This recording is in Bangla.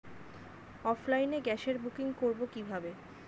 অফলাইনে গ্যাসের বুকিং করব কিভাবে?